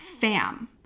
fam